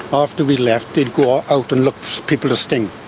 after we left they'd go ah out and look for people to sting.